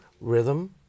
rhythm